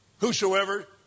Whosoever